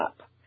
up